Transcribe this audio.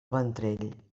ventrell